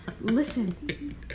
listen